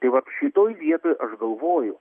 tai vat šitoj vietoj aš galvoju